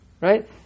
Right